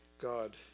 God